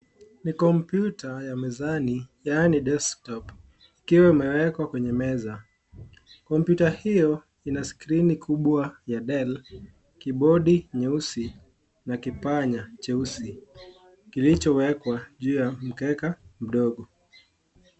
Ni kompyuta ya mezani yaani desktop ikiwa imewekwa kwenye meza, kompyuta hiyo ina screen kubwa ya dell , kibodi, na kipanya kilichoekwa juu ya mkeka mdogo.